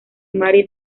mary